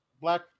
Black